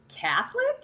Catholic